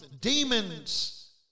Demons